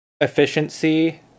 efficiency